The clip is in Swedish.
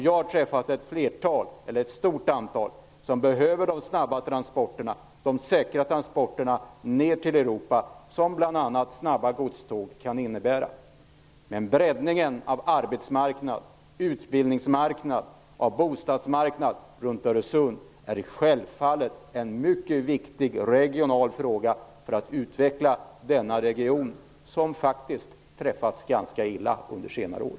Jag har träffat ett stort antal företag som behöver de snabba och säkra transporter ner till Europa som bl.a. snabba godståg kan innebära. Med tanke på breddningen av arbetsmarknad, utbildningsmarknad och bostadsmarknad runt Öresund är detta självfallet en mycket viktig regional fråga. Det handlar om att utveckla denna region som faktiskt träffats ganska illa under senare år.